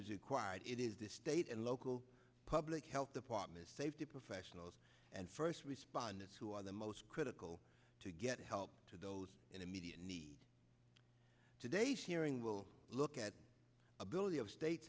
is required it is the state and local public health departments safety professionals and first responders who are the most critical to get help to those in immediate need today's hearing will look at the ability of state